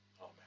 Amen